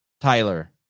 Tyler